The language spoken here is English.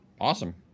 Awesome